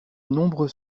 nombreux